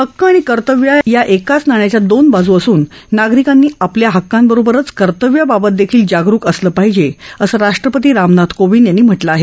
हक्क आणि कर्तव्य या एकाच नाण्याच्या दोन बाजू असून नागरिकांनी आपल्या हक्कांबरोबरच कर्तव्याबाबतही जागरुक असलं पाहिजे असं राष्ट्रपती रामनाथ कोविंद यांनी म्हटलं आहे